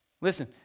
Listen